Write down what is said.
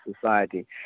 society